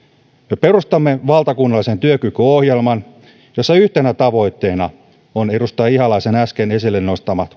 me perustamme valtakunnallisen työkykyohjelman jossa yhtenä tavoitteena on edustaja ihalaisen äsken esille nostama